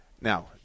Now